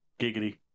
Giggity